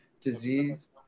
disease